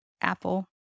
Apple